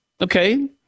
Okay